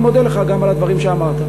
אני מודה לך גם על הדברים שאמרת.